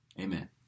Amen